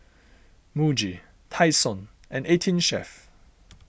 Muji Tai Sun and eighteen Chef